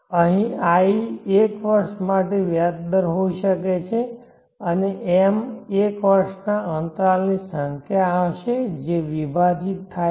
અહીં i 1 વર્ષ માટે વ્યાજ દર હોઈ શકે છે અને m 1 વર્ષના અંતરાલની સંખ્યા હશે જે તે વિભાજિત થાય છે